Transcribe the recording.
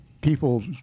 people